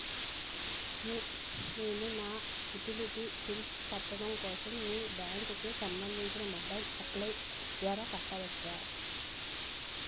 నేను నా utility bills కట్టడం కోసం మీ బ్యాంక్ కి సంబందించిన మొబైల్ అప్స్ ద్వారా కట్టవచ్చా?